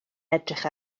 edrych